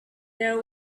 there